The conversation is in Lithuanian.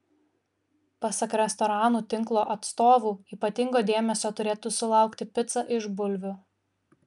pasak restoranų tinklo atstovų ypatingo dėmesio turėtų sulaukti pica iš bulvių